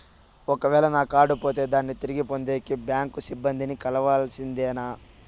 ఒక వేల నా కార్డు పోతే దాన్ని తిరిగి పొందేకి, బ్యాంకు సిబ్బంది ని కలవాల్సిందేనా?